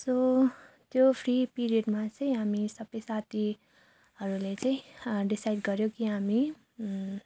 so त्यो free पिरियडमा चाहिँ हामी सबै साथीहरूले चाहिँ डिसाइड गर्यो कि हामी